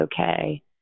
okay